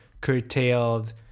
curtailed